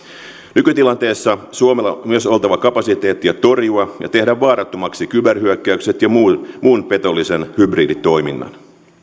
nykytilanteessa suomella on myös oltava kapasiteettia torjua ja tehdä vaarattomaksi kyberhyökkäykset ja muu muu petollinen hybriditoiminta